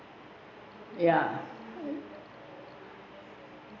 ya